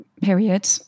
period